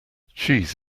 cheese